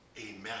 amen